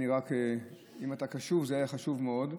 אם אתה קשוב, זה חשוב מאוד,